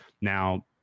now